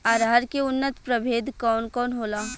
अरहर के उन्नत प्रभेद कौन कौनहोला?